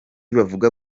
bavuga